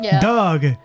Doug